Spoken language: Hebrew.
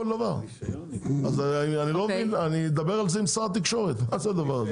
אני אדבר על זה עם שר התקשורת, מה זה הדבר הזה?